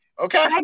okay